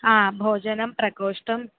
हा भोजनं प्रकोष्टं